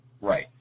Right